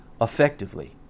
effectively